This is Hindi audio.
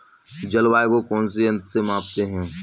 जलवायु को कौन से यंत्र से मापते हैं?